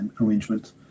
arrangement